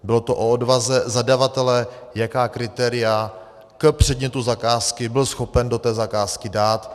Bylo to o odvaze zadavatele, jaká kritéria k předmětu zakázky byl schopen do té zakázky dát.